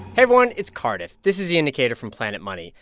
everyone, it's cardiff. this is the indicator from planet money.